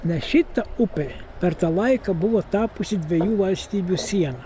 nes šita upė per tą laiką buvo tapusi dviejų valstybių siena